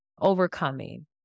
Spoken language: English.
overcoming